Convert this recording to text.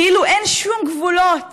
כאילו אין שום גבולות